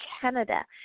Canada